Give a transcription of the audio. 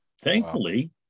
Thankfully